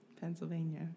Pennsylvania